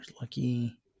Lucky